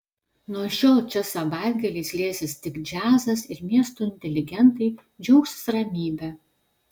nuo šiol čia savaitgaliais liesis tik džiazas ir miesto inteligentai džiaugsis ramybe